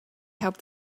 helped